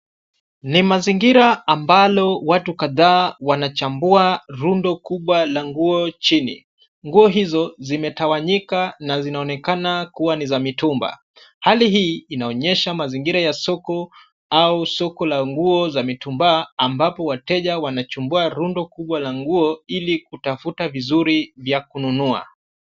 Ni mazingira ambalo watu kadhaa wanachambua rundo kubwa la nguo chini. Nguo hizo zimetawanyika na zinaonekana kuwa ni za mitumba. Hali hii inaonyesha mazingira ya soko au soko la nguo za mitumba ambapo wateja wanachumbua rundo kubwa la nguo ili kutafuta vizuri vya kununua.